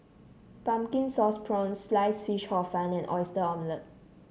Pumpkin Sauce Prawns Sliced Fish Hor Fun and Oyster Omelette